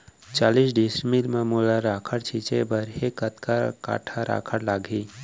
चालीस डिसमिल म मोला राखड़ छिंचे बर हे कतका काठा राखड़ लागही?